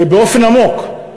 באופן עמוק,